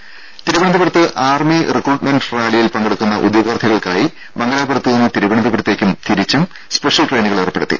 രുടെ തിരുവനന്തപുരത്ത് army recruitment റാലിയിൽ പങ്കെടുക്കുന്ന ഉദ്യോഗാർത്ഥികൾക്കായി മംഗലാപുരത്ത് നിന്ന് തിരുവനന്തപുരത്തേക്കും തിരിച്ചും സ്പെഷ്യൽ ട്രെയിനുകൾ ഏർപ്പെടുത്തി